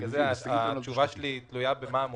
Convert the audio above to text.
בגלל זה התשובה שלי תלוי במודל.